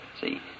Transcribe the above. See